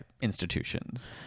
institutions